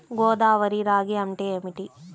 గోదావరి రాగి అంటే ఏమిటి?